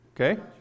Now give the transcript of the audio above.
Okay